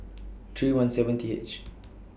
three one seven T H